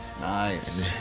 Nice